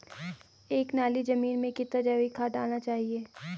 एक नाली जमीन में कितना जैविक खाद डालना चाहिए?